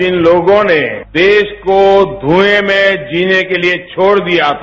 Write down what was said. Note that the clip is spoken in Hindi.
जिन लोगों ने देश को धूए में जीने के लिए छोड़ दिया था